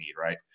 Right